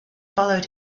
followed